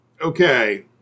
Okay